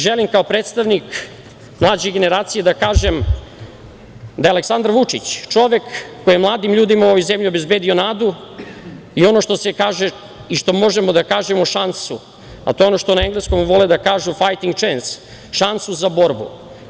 Želim da kao predstavnik mlađe generacije kažem, da je Aleksandar Vučić čovek koji je mladim ljudima u ovoj zemlji obezbedio nadu i ono što se kaže i što možemo da kažemo, šansu, a to je ono što na engleskom vole da kažu – fight for chance, šansu za borbu.